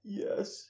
yes